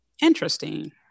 interesting